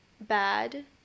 bad